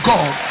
God